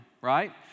right